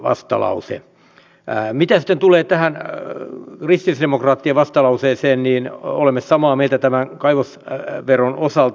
mitä sitten tulee tähän kristillisdemokraattien vastalauseeseen niin olemme samaa mieltä tämän kaivosveron osalta